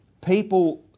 people